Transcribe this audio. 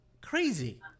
crazy